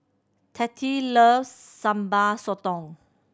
Tate loves Sambal Sotong